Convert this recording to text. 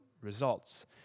results